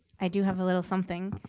i do have a little something.